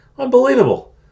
Unbelievable